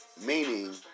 Meaning